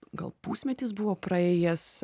gal pusmetis buvo praėjęs